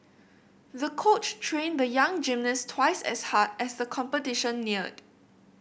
the coach trained the young gymnast twice as hard as the competition neared